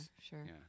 sure